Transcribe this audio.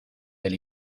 del